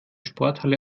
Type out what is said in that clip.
sporthalle